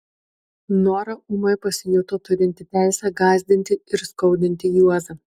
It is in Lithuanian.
nora ūmai pasijuto turinti teisę gąsdinti ir skaudinti juozą